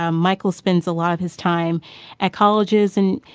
um michael spends a lot of his time at colleges and,